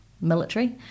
military